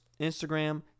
Instagram